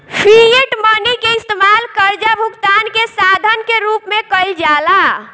fiat money के इस्तमाल कर्जा भुगतान के साधन के रूप में कईल जाला